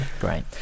Great